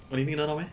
orh 你听得到 meh